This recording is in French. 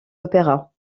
opéra